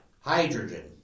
hydrogen